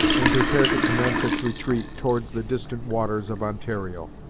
and prepared to commence its retreat towards the distant waters of ontario.